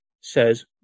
says